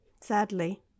sadly